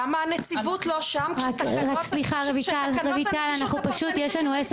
למה הנציבות לא שם כשתקנות --- יש לנו בעוד עשר